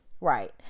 Right